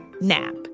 nap